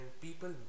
people